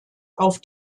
auf